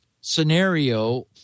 scenario